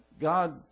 God